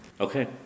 Okay